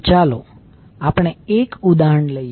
તો ચાલો આપણે એક ઉદાહરણ લઈએ